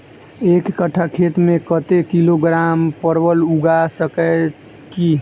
एक कट्ठा खेत मे कत्ते किलोग्राम परवल उगा सकय की??